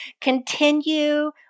continue